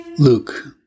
Luke